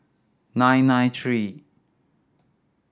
nine nine three